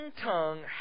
tongue